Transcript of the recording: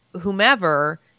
whomever